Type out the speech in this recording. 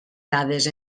dades